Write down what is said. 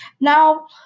Now